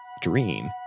dream